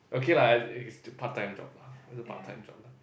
okay lah it's part time job lah part time job